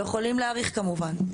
לא יכולים להאריך כמובן.